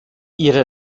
ihre